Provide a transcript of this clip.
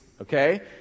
okay